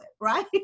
right